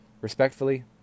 Respectfully